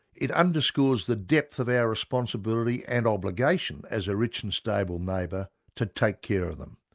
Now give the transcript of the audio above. it underscores the depth of our responsibility and obligation as a rich and stable neighbour to take care of them.